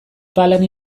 palan